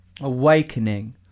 Awakening